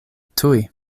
tuj